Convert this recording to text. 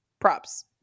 props